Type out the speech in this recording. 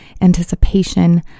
anticipation